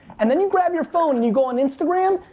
and then you grab your phone and you go on instagram,